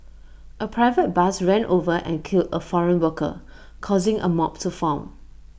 A private bus ran over and killed A foreign worker causing A mob to form